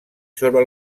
sobre